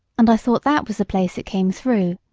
and i thought that was the place it came through.